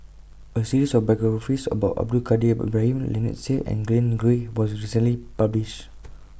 A series of biographies about Abdul Kadir Ibrahim Lynnette Seah and Glen Goei was recently published